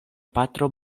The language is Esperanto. patro